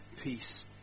peace